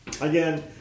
Again